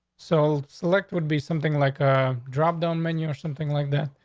so select would be something like a drop down menu or something like that.